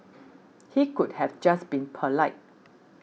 he could have just been polite